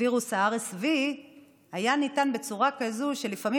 וירוס ה-RSV היה ניתן בצורה כזאת שלפעמים